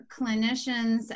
clinicians